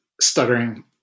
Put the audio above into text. stuttering